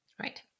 Right